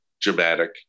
dramatic